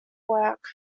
work